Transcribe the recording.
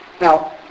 Now